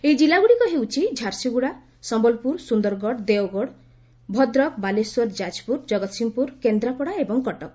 ଏହି ଜିଲ୍ଲାଗୁଡ଼ିକ ହେଉଛି ଝାରସୁଗୁଡ଼ା ସମ୍ୟଲପୁର ସୁନ୍ଦରଗଡ଼ ଦେଓଗଡ଼ ଭଦ୍ରକ ବାଲେଶ୍ୱର ଯାଜପୁର ଜଗତସିଂହପୁର କେନ୍ଦ୍ରାପଡ଼ା ଏବଂ କଟକ